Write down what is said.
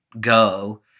go